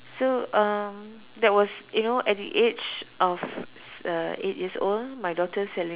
so uh that was you know at the age of s~ uh eight years old my daughter selling